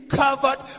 covered